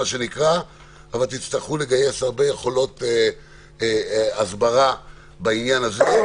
אבל תצטרכו לגייס הרבה יכולות הסברה בעניין הזה,